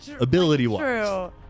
ability-wise